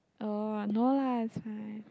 oh no lah it's fine